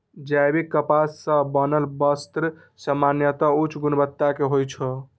जैविक कपास सं बनल वस्त्र सामान्यतः उच्च गुणवत्ता के होइ छै